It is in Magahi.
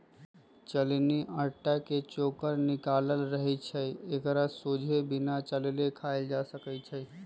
चलानि अटा के चोकर निकालल रहै छइ एकरा सोझे बिना चालले खायल जा सकै छइ